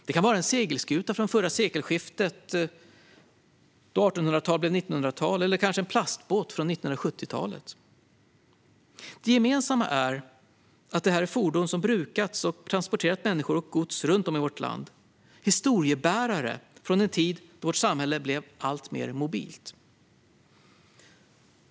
Det kan vara en segelskuta från förra sekelskiftet, då 1800-tal blev 1900tal, eller kanske en plastbåt från 1970-talet. Det gemensamma är att detta är fordon som har brukats och som har transporterat människor och gods runt om i vårt land. De är historiebärare från en tid då vårt samhälle blev alltmer mobilt.